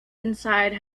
inside